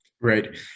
Right